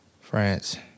france